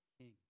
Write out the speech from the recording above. king